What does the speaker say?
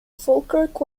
falkirk